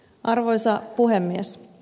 arvoisa puhemies